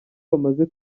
bamaze